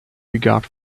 regard